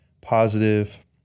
positive